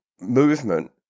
movement